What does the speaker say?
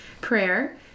prayer